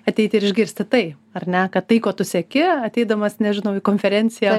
ateiti ir išgirsti tai ar ne kad tai ko tu sieki ateidamas nežinau į konferenciją